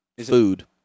Food